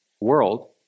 world